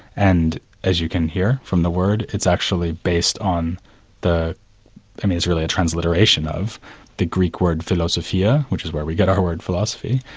and as you can hear from the word, it's actually based on the, um and is really a transliteration of the greek word, philosophia, which is where we get our word philosophy.